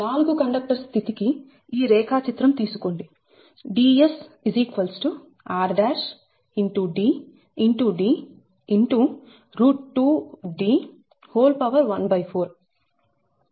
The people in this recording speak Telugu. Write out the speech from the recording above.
4 కండక్టర్ స్థితి కి ఈ రేఖాచిత్రం తీసుకోండి Ds r